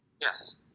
Yes